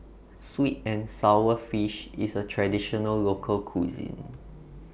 Sweet and Sour Fish IS A Traditional Local Cuisine